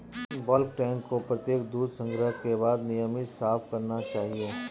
bulk tank को प्रत्येक दूध संग्रह के बाद नियमित साफ करना चाहिए